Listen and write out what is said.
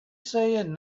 saying